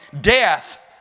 death